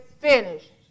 finished